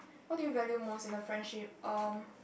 what do you value most in the friendship erm